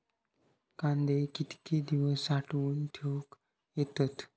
कांदे कितके दिवस साठऊन ठेवक येतत?